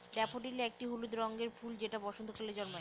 daffodil একটি হলুদ রঙের ফুল বসন্তকালে জন্মায়